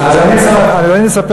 אני יכול לזכור רק שנבחר לכל חייו,